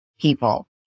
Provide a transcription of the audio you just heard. people